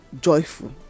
joyful